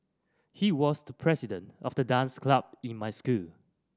he was the president of the dance club in my school